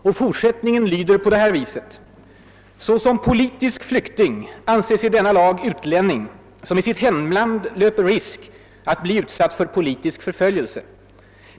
Och fortsättningen lyder: »Såsom politisk flykting anses i denna lag utlänning som i sitt hemland löper risk att bliva utsatt för politisk förföljelse.